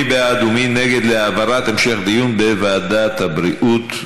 מי בעד ומי נגד להעברת המשך הדיון לוועדת הבריאות,